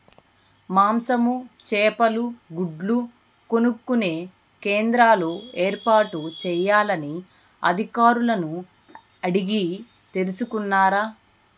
మాంసము, చేపలు, గుడ్లు కొనుక్కొనే కేంద్రాలు ఏర్పాటు చేయాలని అధికారులను అడిగి తెలుసుకున్నారా?